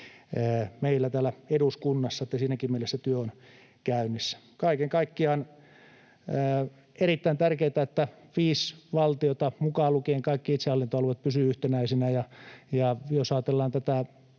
täällä meillä eduskunnassa, niin että siinäkin mielessä työ on käynnissä. Kaiken kaikkiaan on erittäin tärkeätä, että viisi valtiota, mukaan lukien kaikki itsehallintoalueet, pysyvät yhtenäisenä. Ja jos ajatellaan tätä